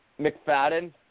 McFadden